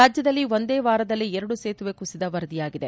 ರಾಜ್ಯದಲ್ಲಿ ಒಂದೇ ವಾರದಲ್ಲಿ ಎರಡು ಸೇತುವೆ ಕುಸಿದ ವರದಿಯಾಗಿದೆ